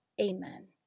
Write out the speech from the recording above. Amen